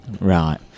Right